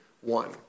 one